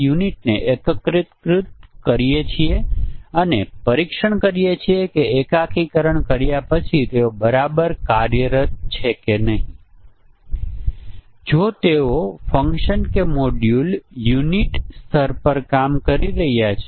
તેથી ફક્ત આ અને આને ધ્યાનમાં લઈએ અને આ રીતે અહીં 10 સંભવિત મૂલ્યો છે એમ ધારીને તે 1024 1000 થાય છે જે લગભગ મિલિયન મૂલ્યો છે